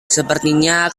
sepertinya